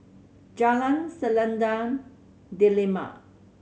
Jalan Selendang Delima